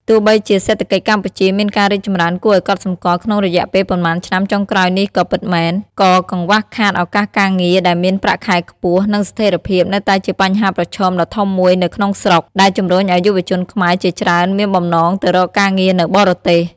ទោះបីជាសេដ្ឋកិច្ចកម្ពុជាមានការរីកចម្រើនគួរឱ្យកត់សម្គាល់ក្នុងរយៈពេលប៉ុន្មានឆ្នាំចុងក្រោយនេះក៏ពិតមែន ក៏កង្វះខាតឱកាសការងារដែលមានប្រាក់ខែខ្ពស់ និងស្ថេរភាពនៅតែជាបញ្ហាប្រឈមដ៏ធំមួយនៅក្នុងស្រុក ដែលជំរុញឱ្យយុវជនខ្មែរជាច្រើនមានបំណងទៅរកការងារនៅបរទេស។